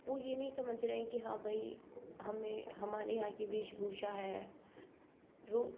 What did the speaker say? वो ये नहीं समझ रहे हैं कि हाँ भई हमें हमारी यहाँ की वेषभूषा है जो